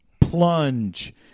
plunge